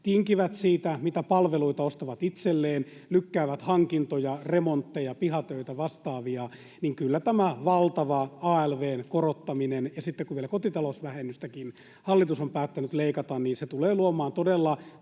tinkivät siitä, mitä palveluita ostavat itselleen, lykkäävät hankintoja, remontteja, pihatöitä, vastaavia, tämä valtava alv:n korottaminen — ja sitten kun vielä kotitalousvähennystäkin hallitus on päättänyt leikata — tulee luomaan todella